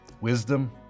Wisdom